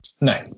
No